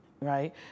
right